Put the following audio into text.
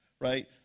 right